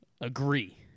Agree